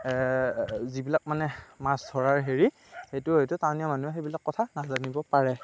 যিবিলাক মানে মাছ ধৰাৰ হেৰি সেইটো হয়তু টাউনীয়া মানুহে সেইবিলাক নাজানিব পাৰে